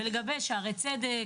ולגבי שערי הצדק,